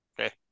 Okay